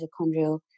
mitochondrial